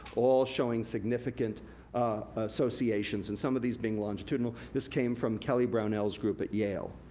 all showing significant associations. and some of these being longitudinal, this came from kelly brownell's group at yale.